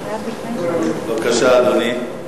בבקשה, אדוני.